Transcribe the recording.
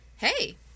hey